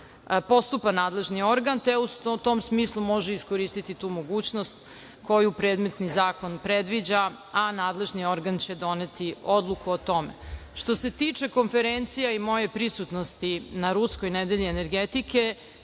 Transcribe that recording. postupa nadležni organ, te u tom smislu može iskoristiti tu mogućnost koju predmetni zakon predviđa, a nadležni organ će doneti odluku o tome. Što se tiče konferencija i moje prisutnosti na Ruskoj nedelje energetike,